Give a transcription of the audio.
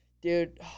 Dude